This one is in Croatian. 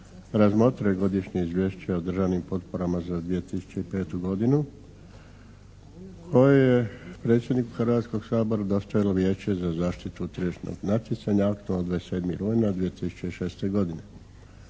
razmotrio je Godišnje izvješće o državnim potporama za 2005. godinu koji je predsjedniku Hrvatskog sabora dostavilo Vijeće za zaštitu tržišnog natjecanja aktom od 27. rujna 2006. godine.